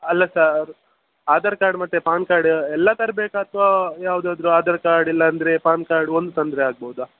ಅಲ್ಲ sir Aadhaar card ಮತ್ತು PAN card ಎಲ್ಲ ತರಬೇಕಾ ಅಥವಾ ಯಾವುದಾದರೂ ಆಧಾರ್ ಕಾರ್ಡ್ ಇಲ್ಲಾಂದರೆ ಪಾನ್ ಕಾರ್ಡ್ ಒಂದು ತಂದರೆ ಆಗಬಹುದಾ